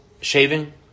shaving